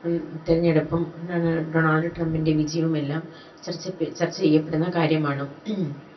തിരഞ്ഞെടുപ്പും ഡൊണാ ഡൊണാള്ഡ് ട്രംപിന്റെ വിജയവുമെല്ലാം ചര്ച്ചപ്പെ ചര്ച്ച ചെയ്യപ്പെടുന്ന കാര്യമാണ്